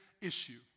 issue